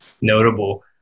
notable